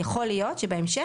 יכול להיות שבהמשך,